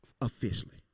officially